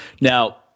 now